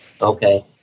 Okay